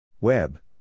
Web